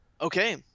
Okay